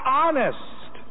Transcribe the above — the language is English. honest